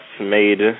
made